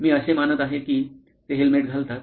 मी असे मानत आहे की ते हेल्मेट घालतात